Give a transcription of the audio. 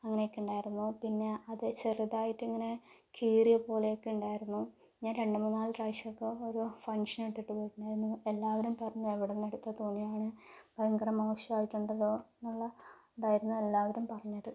അങ്ങനെയൊക്കെ ഉണ്ടായിരുന്നു പിന്നെ അത് ചെറുതായിട്ട് ഇങ്ങനെ കീറിയ പോലെയൊക്കെ ഉണ്ടായിരുന്നു ഞാൻ രണ്ട് മൂന്ന് നാല് പ്രാവശ്യമൊക്കെ ഒരു ഫങ്ക്ഷന് ഇട്ടിട്ട് പോയിട്ടുണ്ടായിരുന്നു എല്ലാവരും പറഞ്ഞു എവിടെ നിന്ന് എടുത്ത തുണിയാണ് ഭയങ്കര മോശമായിട്ടുണ്ടല്ലോ എന്നുള്ള ഇതായിരുന്നു എല്ലാവരും പറഞ്ഞത്